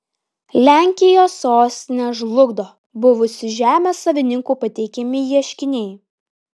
lenkijos sostinę žlugdo buvusių žemės savininkų pateikiami ieškiniai